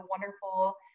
wonderful